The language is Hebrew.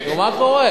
נו מה קורה?